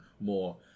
more